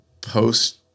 post